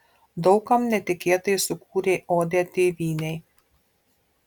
daug kam netikėtai sukūrė odę tėvynei